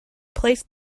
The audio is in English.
placed